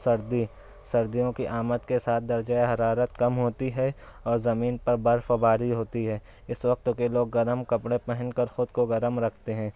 سردی سردیوں کی آمد کے ساتھ درجۂ حرارت کم ہوتی ہے اور زمین پر برفباری ہوتی ہے اس وقت کے لوگ گرم کپڑے پہن کر خود کو گرم رکھتے ہیں